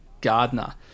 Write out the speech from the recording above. Gardner